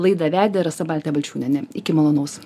laidą vedė rasa baltė balčiūnienė iki malonaus